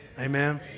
Amen